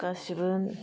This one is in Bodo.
गासिबो